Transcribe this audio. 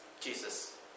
Jesus